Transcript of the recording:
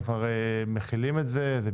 של 10 השנים האחרונות מכילים אותה.